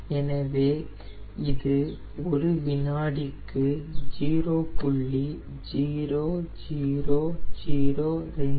எனவே அது ஒரு வினாடிக்கு 0